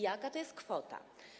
Jaka to jest kwota?